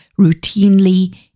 routinely